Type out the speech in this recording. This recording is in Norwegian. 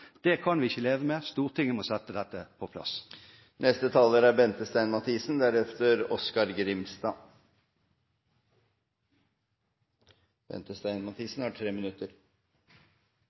Det kan vi ikke leve med, Stortinget må sette dette på plass. Den nye regjeringen har